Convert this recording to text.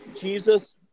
Jesus